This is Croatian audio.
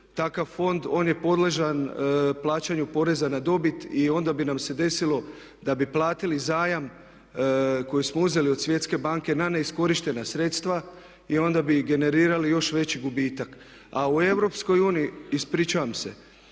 takav fond on je podložan plaćanju poreza na dobit i onda bi nam se desilo da bi platili zajam koji smo uzeli od Svjetske banke na neiskorištena sredstva i onda bi generirali još veći gubitak. A u Europskoj uniji, ispričavam se,